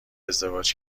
ازدواج